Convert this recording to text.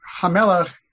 Hamelach